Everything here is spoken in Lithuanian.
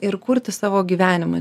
ir kurti savo gyvenimą